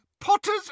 Potter's